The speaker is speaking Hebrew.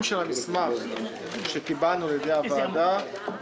התרגום בפועל של המסמך שקיבלנו מהוועדה